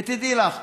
ותדעי לך,